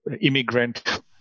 immigrant